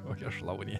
kokią šlaunį